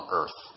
earth